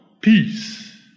Peace